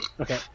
Okay